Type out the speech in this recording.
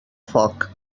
foc